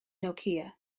nokia